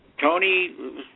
Tony